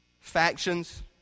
Factions